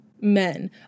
men